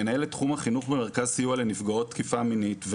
מנהלת תחום החינוך במרכז סיוע לנפגעות תקיפה מינית,